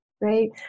right